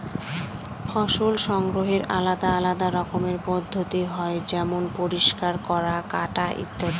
ফসল সংগ্রহের আলাদা আলদা রকমের পদ্ধতি হয় যেমন পরিষ্কার করা, কাটা ইত্যাদি